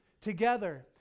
together